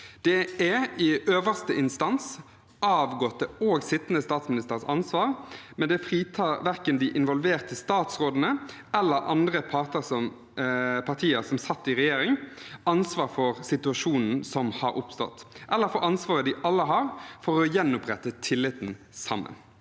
Det er i øverste instans avgåtte og sittende statsministers ansvar, men det fritar verken de involverte statsrådene eller andre partier som satt i regjering, ansvar for situasjonen som har oppstått, eller for ansvaret de alle har for å gjenopprette tilliten sammen.